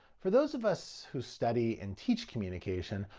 for those of us who study and teach communication,